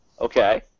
Okay